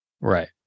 right